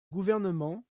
gouvernement